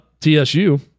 TSU